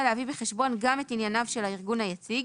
להביא בחשבון גם את ענייניו של הארגון היציג,